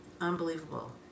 Unbelievable